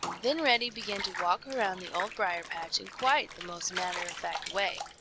then reddy began to walk around the old briar-patch in quite the most matter-of-fact way,